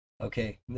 Okay